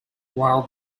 while